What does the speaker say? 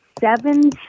seven